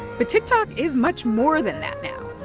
but tiktok is much more than that now.